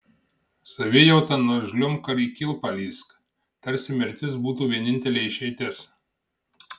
savijauta nors žliumbk ar į kilpą lįsk tarsi mirtis būtų vienintelė išeitis